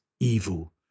Evil